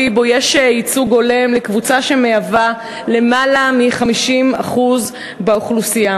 שבו יש ייצוג הולם לקבוצה שמהווה למעלה מ-50% באוכלוסייה.